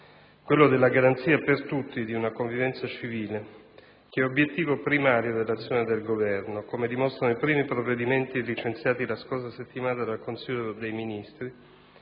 quello della garanzia per tutti di una convivenza civile, che è obiettivo primario dell'azione del Governo, come dimostrano i primi provvedimenti licenziati la scorsa settimana dal Consiglio dei ministri,